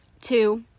Two